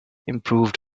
improved